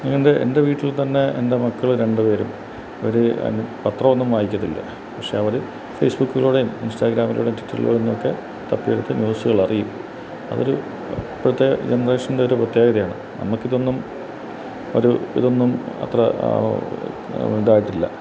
എൻ്റെ വീട്ടിൽ തന്നെ എൻ്റെ മക്കൾ രണ്ട് പേരും അവർ പത്രം ഒന്നും വായിക്കത്തില്ല പക്ഷേ അവർ ഫേസ്ബുക്കിലൂടെയും ഇൻസ്റ്റാഗ്രാമിലൂടെയും ട്വിറ്ററിലൂടെയും ഒക്കെ തപ്പി എടുത്ത് ന്യൂസുകൾ അറിയും അതൊരു പ്രത്യേക ജെനറേഷൻ്റെ ഒരു പ്രത്യേകതയാണ് നമുക്ക് ഇതൊന്നും ഒരു ഇതൊന്നും അത്ര ഇതായിട്ടില്ല